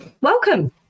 welcome